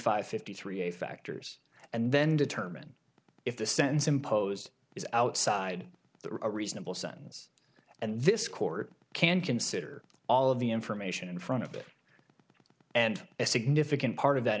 five fifty three factors and then determine if the sentence imposed is outside the reasonable sons and this court can consider all of the information in front of it and a significant part of that